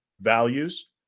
values